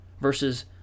versus